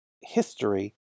history